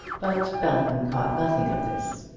but belton caught nothing of this.